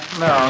no